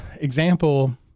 example